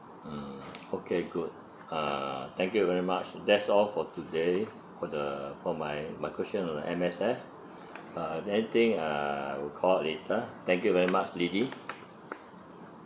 mm okay good uh thank you very much that's all for today for the for my my question with M_S_F uh there anything uh I will call later thank you very much lily